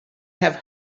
have